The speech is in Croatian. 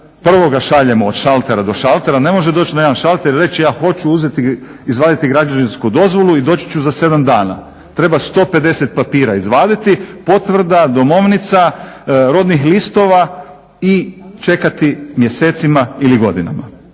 prvo ga šaljemo od šaltera do šaltera. Ne može doći na jedan šalter i reći ja hoću uzeti, izvaditi građevinsku dozvolu i doći ću za 7 dana. Treba 150 papira izvaditi, potvrda, domovnica, rodnih listova i čekati mjesecima ili godinama.